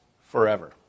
forever